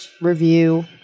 review